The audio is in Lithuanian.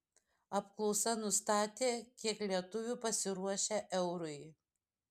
apklausa nustatė kiek lietuvių pasiruošę eurui